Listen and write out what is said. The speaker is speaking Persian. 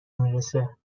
میرسه